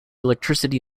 electricity